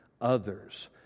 others